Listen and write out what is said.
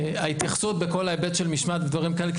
ההתייחסות בכל ההיבט של משמעת ודברים כאלה,